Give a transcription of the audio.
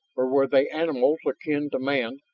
or were they animals, akin to man,